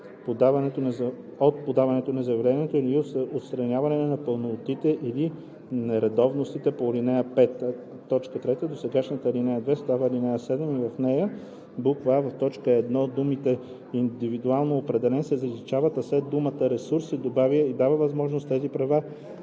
от подаването на заявлението или от отстраняването на непълнотите или нередовностите по ал. 5.“ 3. Досегашната ал. 2 става ал. 7 и в нея: а) в т. 1 думите „индивидуално определен“ се заличават, а след думата „ресурс“ се добавя „и дава възможност тези права